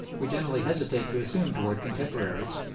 we generally hesitate to assume towards contemporaries,